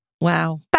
wow